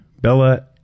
Bella